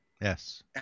Yes